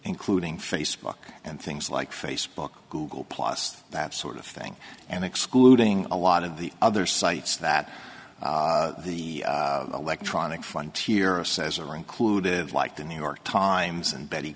including facebook and things like facebook google plus that sort of thing and excluding a lot of the other sites that the electronic frontier of says are included like the new york times and betty